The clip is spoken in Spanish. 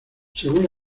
según